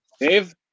Dave